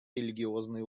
религиозные